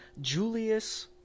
Julius